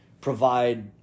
provide